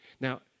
Now